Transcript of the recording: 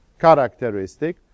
characteristic